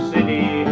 City